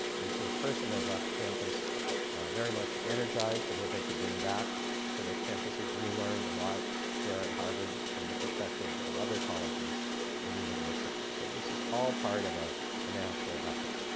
and to a person, they left campus very much energized of what they could bring back to their campuses. we and learned a lot here at harvard from the perspective of other colleges and universities. so this is all part of ah a national effort.